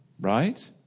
right